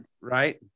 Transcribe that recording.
right